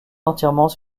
entièrement